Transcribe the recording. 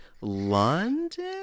London